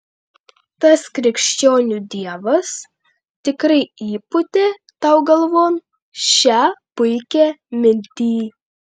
tas krikščionių dievas tikrai įpūtė tau galvon šią puikią mintį